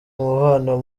umubano